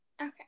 Okay